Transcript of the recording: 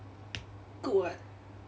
good [what]